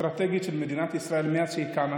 אסטרטגית של מדינת ישראל מאז שהיא קמה